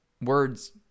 Words